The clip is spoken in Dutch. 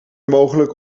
mogelijk